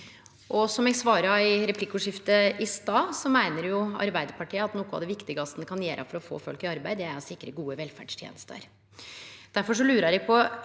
Som eg svara i replikkordskiftet i stad, meiner Arbeidarpartiet at noko av det viktigaste me kan gjere for å få folk i arbeid, er å sikre gode velferdstenester. Difor lurar eg på